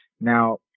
Now